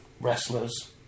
wrestlers